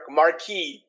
marquee